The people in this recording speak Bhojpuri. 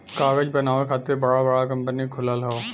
कागज बनावे खातिर बड़ा बड़ा कंपनी खुलल हौ